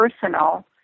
personal